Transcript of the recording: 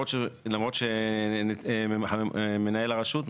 למרות שמנהל הרשות,